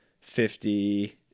fifty